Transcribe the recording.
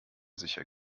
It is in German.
sicher